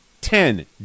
Ten